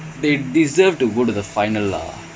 long ball for no reason